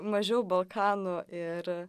mažiau balkanų ir